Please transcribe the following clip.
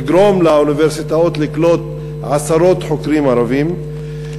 לגרום לאוניברסיטאות לקלוט עשרות חוקרים ערבים.